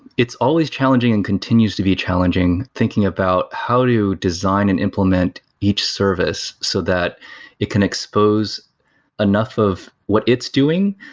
it's always challenging and continues to be challenging thinking about how to design and implement each service, so that it can expose enough of what it's doing,